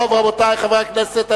רבותי חברי הכנסת,